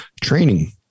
training